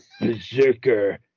berserker